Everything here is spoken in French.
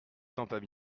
pourtant